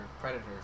predators